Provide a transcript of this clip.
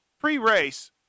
Pre-race